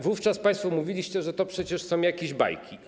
Wówczas państwo mówiliście, że to przecież są jakieś bajki.